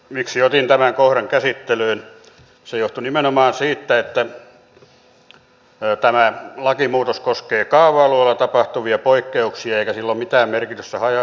miksi otin tämän kohdan käsittelyyn se johtui nimenomaan siitä että tämä lakimuutos koskee kaava alueella tapahtuvia poikkeuksia eikä sillä ole mitään merkitystä haja asutusalueiden rakentamisessa